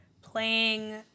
playing